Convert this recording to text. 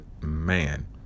man